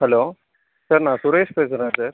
hello sir நான் சுரேஷ் பேசுகிறேன் sir